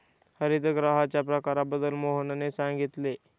हरितगृहांच्या प्रकारांबद्दल मोहनने सांगितले